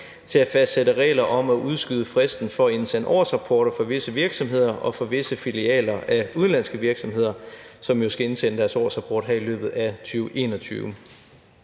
til at fastsætte regler om at udskyde fristen for at indsende årsrapporter for visse virksomheder og for visse filialer af udenlandske virksomheder, som jo skal indsende deres årsrapport her i løbet af 2021.